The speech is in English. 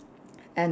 and one